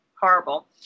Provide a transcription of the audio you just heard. horrible